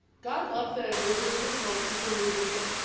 god love the mover of this motion for moving it.